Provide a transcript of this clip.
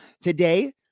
Today